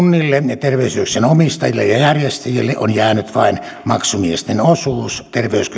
kunnille terveyskeskusten omistajille ja ja järjestäjille on jäänyt vain maksumiesten osuus terveyskeskukset